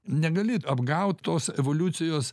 negali apgaut tos evoliucijos